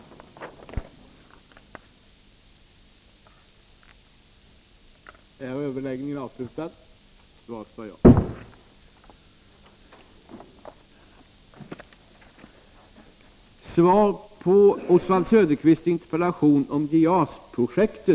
28 oktober 1983